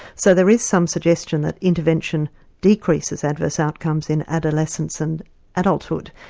so there is some suggestion that intervention decreases adverse outcomes in adolescence and adulthood.